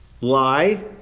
lie